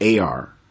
AR